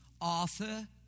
Arthur